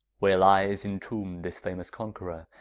where lies entomb'd this famous conqueror,